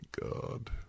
god